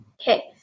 Okay